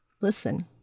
Listen